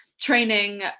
training